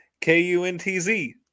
K-U-N-T-Z